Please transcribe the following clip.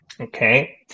Okay